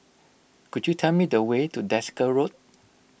could you tell me the way to Desker Road